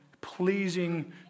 pleasing